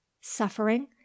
suffering